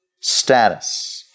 status